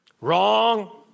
Wrong